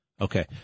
Okay